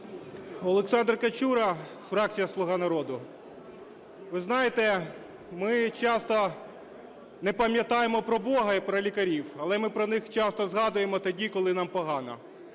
Олександр Качура фракція "Слуга народу". Ви знаєте, ми часто не пам'ятаємо про Бога і про лікарів, але ми про них часто згадуємо тоді, коли нам погано.